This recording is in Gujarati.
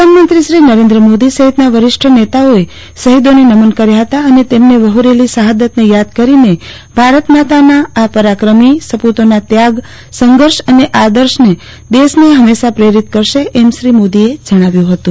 પ્રધાનમંત્રી નરેન્દ્ર મોદી સફીત ના વરિષ્ઠ નેતાઓએ શફીદોને નમન કાર્ય હતા અને તેમને વહોરેલી શહાદતને યાદ કરીને ભારતમાતાના આ ત્રણ પરાક્રમી સપૂતોના ત્યાગ સંઘર્ષ અને આદર્શ દેશને હંમેશા પ્રેરિત કરશે એમ નરેન્દ્ર શ્રી મોદીએ જણાવ્યું હતું